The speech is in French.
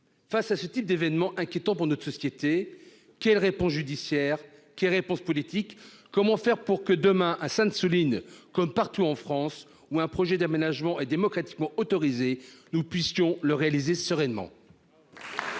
face à ce type d'événement inquiétant pour notre société, quelle réponse judiciaire qui réponse politique, comment faire pour que demain à San souligne comme partout en France, ou un projet d'aménagement et démocratiquement autorisé, nous puissions le réaliser sereinement.